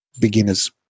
beginners